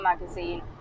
magazine